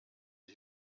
ich